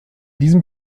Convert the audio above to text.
diesem